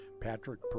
Patrick